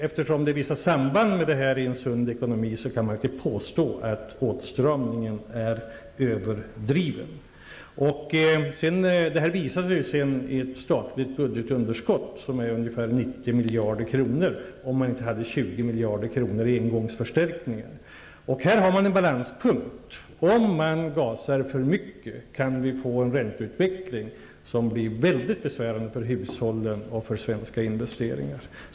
Eftersom det finns vissa samband mellan detta i en sund ekonomi, kan man inte påstå att åtstramningen är överdriven. Detta visar sig ju sedan i ett statligt budgetunderskott som är ungefär 90 miljarder kronor om man inte hade 20 miljarder kronor i engångsförstärkning. Här har vi en balanspunkt; om vi gasar för mycket, kan vi få en ränteutveckling som blir väldigt besvärande för hushållen och för svenska investeringar.